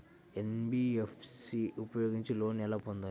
NBFC ఉపయోగించి loan ఎలా పొందాలి?